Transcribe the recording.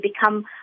become